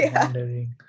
wondering